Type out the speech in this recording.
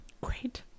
Great